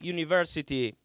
University